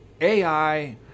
AI